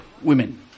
women